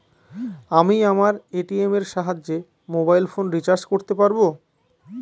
আমি আমার এ.টি.এম এর সাহায্যে মোবাইল ফোন রিচার্জ করতে পারব?